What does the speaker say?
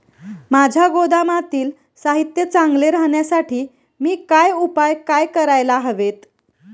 माझ्या गोदामातील साहित्य चांगले राहण्यासाठी मी काय उपाय काय करायला हवेत?